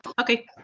Okay